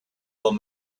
old